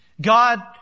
God